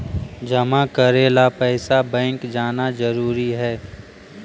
जमा करे ला पैसा बैंक जाना जरूरी है?